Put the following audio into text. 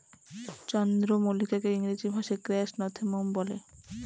চন্দ্রমল্লিকাকে ইংরেজি ভাষায় ক্র্যাসনথেমুম ফুল বলে